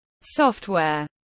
software